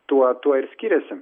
tuo tuo ir skiriasi